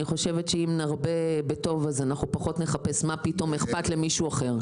חושבת שאם נרבה בטוב אנחנו פחות נחפש מה פתאום אכפת למישהו אחר.